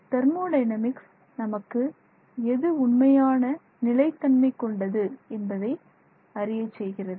thermodynamics நமக்கு எது உண்மையான நிலைத்தன்மை கொண்டது என்பதை அறியச் செய்கிறது